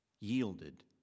yielded